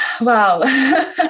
Wow